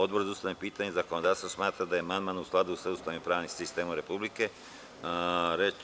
Odbor za ustavna pitanja i zakonodavstvo smatra da je amandman u skladu sa Ustavom i pravnim sistemom Republike Srbije.